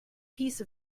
piece